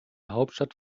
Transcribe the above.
hauptstadt